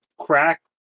crack